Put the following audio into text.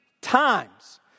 times